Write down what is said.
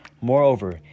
Moreover